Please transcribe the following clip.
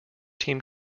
team